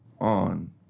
on